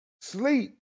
sleep